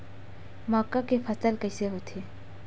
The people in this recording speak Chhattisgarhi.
मक्का के फसल कइसे होथे?